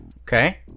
Okay